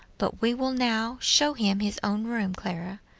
but we will now show him his own room, clara,